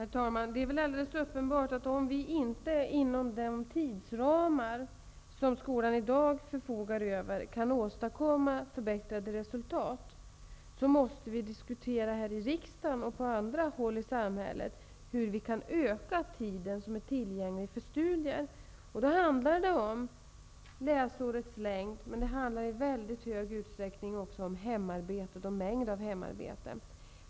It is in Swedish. Herr talman! Det är väl alldeles uppenbart att om vi inte inom de tidsramar som skolan i dag förfogar över kan åstadkomma förbättrade resultat måste man här i riksdagen och på andra håll i samhället diskutera hur vi kan öka den tid som är tillgänglig för studier. Det handlar om läsårets längd men också i mycket stor utsträckning om mängden hemarbete.